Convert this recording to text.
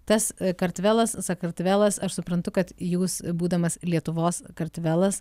tas kartvelas sakartvelas aš suprantu kad jūs būdamas lietuvos kartvelas